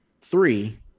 three